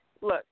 look